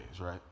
right